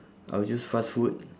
I will choose fast food